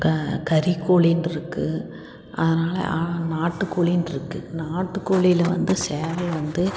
இப்போ கறி கோழின்னுருக்கு அதனால நாட்டு கோழின்னுருக்கு நாட்டுக்கோழியில் வந்து சேவல் வந்து